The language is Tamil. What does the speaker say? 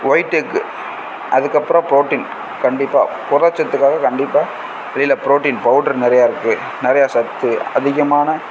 ஒயிட் எக்கு அதுக்கப்புறம் ப்ரோட்டின் கண்டிப்பாக புரதச்சத்துக்காக கண்டிப்பாக வெளியில் ப்ரோட்டின் பவுட்ரு நிறையா இருக்குது நிறையா சத்து அதிகமான